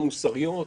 המוסריות,